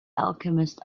alchemist